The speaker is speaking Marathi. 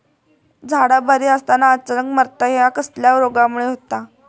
झाडा बरी असताना अचानक मरता हया कसल्या रोगामुळे होता?